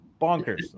bonkers